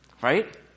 Right